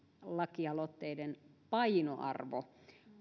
lakialoitteiden painoarvo